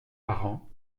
parents